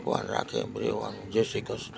ભગવાન રાખે એમ રહેવાનું જે શ્રી કૃષ્ણ